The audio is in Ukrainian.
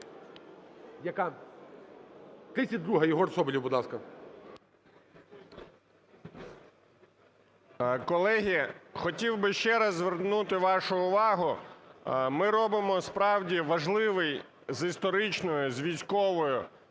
Колеги, хотів би ще раз звернути вашу увагу. Ми робимо, справді, важливий з історичної, з військової,